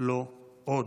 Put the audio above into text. לא עוד.